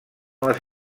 les